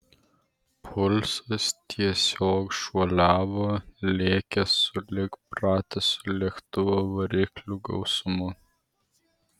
pulsas tiesiog šuoliavo lėkė sulig pratisu lėktuvo variklių gausmu